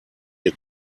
ihr